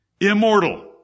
Immortal